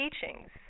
teachings